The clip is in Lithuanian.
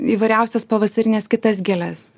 įvairiausias pavasarines kitas gėles